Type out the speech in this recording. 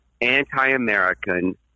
anti-American